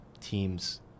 teams